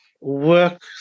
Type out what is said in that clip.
work